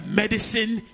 medicine